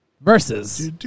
versus